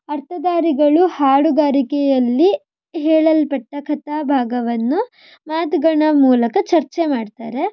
ಅರ್ಥಧಾರಿಗಳು ಹಾಡುಗಾರಿಕೆಯಲ್ಲಿ ಹೇಳಲ್ಪಟ್ಟ ಕಥಾಭಾಗವನ್ನು ಮಾತುಗಳ ಮೂಲಕ ಚರ್ಚೆ ಮಾಡ್ತಾರೆ